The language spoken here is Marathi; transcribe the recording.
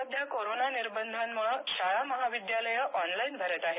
सध्या कोरोना निबंधांमुळे शाळामहाविद्यालयं ऑनलाईन भरत आहेत